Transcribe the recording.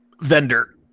vendor